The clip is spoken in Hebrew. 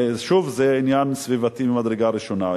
ושוב, זה עניין סביבתי ממדרגה ראשונה.